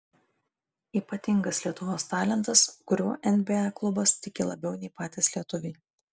ypatingas lietuvos talentas kuriuo nba klubas tiki labiau nei patys lietuviai